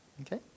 Okay